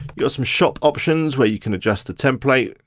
got some shop options, where you can adjust the template.